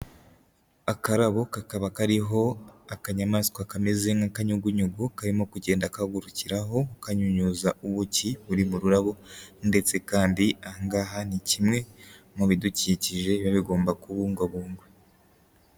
Akarabo kakaba kariho akanyamaswa kameze nk'akanyugunyugu karimo kugenda kagurukiraho, kanyunyuza ubuki buri mu rurabo, ndetse kandi aha ngaha ni kimwe mu bidukikije biba bigomba kubungwabungwa.